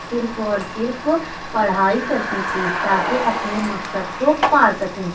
صرف اور صرف پڑھائی کرتی تھی تاکہ اپنے مقصد کو پا سکوں